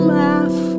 laugh